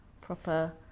proper